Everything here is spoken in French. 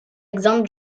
exemples